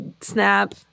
snap